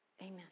Amen